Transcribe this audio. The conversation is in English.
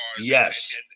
Yes